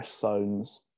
zones